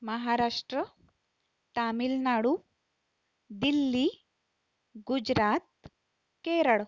Maharashtra Tamil Nadu Delhi Gujarat Kerala